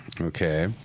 Okay